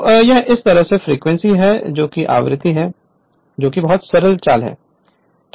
तो यह इस तरफ फ्रीक्वेंसी है च यह एक आवृत्ति है यह एक सरल चाल है